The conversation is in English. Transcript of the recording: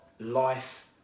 life